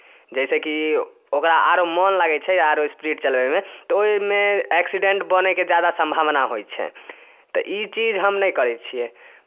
जाहिसँ कि ओकरा आरो मोन लागै छै आरो स्पीड चलबैमे तऽ ओहिमे एक्सीडेंट बनयके ज्यादा सम्भावना होइ छै तऽ ई चीज हम नहि करै छियै